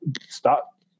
stop